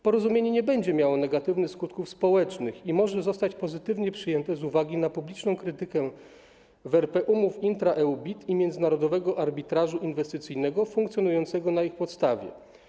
Porozumienie nie będzie miało negatywnych skutków społecznych i może zostać pozytywnie przyjęte z uwagi na publiczną krytykę w RP umów intra-EU BIT i międzynarodowego arbitrażu inwestycyjnego funkcjonującego na ich podstawie.